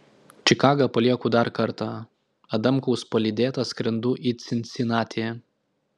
čikagą palieku dar kartą adamkaus palydėta skrendu į cincinatį